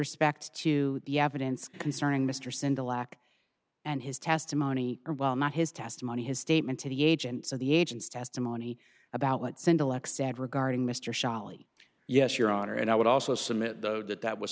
respect to the evidence concerning mr senda lack and his testimony or well not his testimony his statement to the agents of the agent's testimony about what sent oleksandr regarding mr shelley yes your honor and i would also submit though that that was